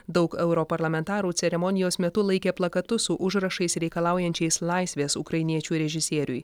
daug europarlamentarų ceremonijos metu laikė plakatus su užrašais reikalaujančiais laisvės ukrainiečių režisieriui